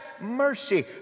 mercy